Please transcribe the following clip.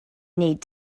need